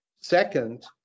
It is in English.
Second